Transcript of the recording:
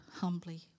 humbly